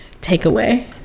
takeaway